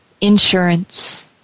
insurance